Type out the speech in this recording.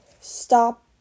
stop